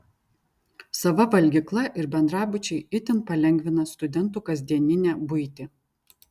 sava valgykla ir bendrabučiai itin palengvina studentų kasdieninę buitį